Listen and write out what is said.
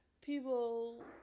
people